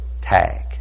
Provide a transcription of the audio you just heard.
tag